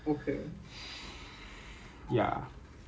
我不知道 S_P_F 的 food 是怎样的 lah 我